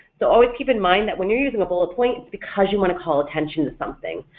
so always keep in mind that when you're using a bullet point it's because you want to call attention to something.